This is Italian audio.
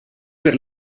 per